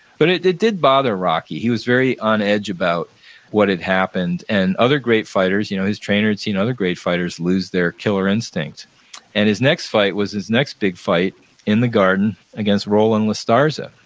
but it it did bother rocky. he was very on edge about what had happened. and other great fighters, you know his trainer had seen other great fighters lose their killer instinct and his next fight was his next big fight in the garden against roland la starza,